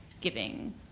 giving